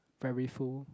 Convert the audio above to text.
very full